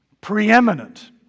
preeminent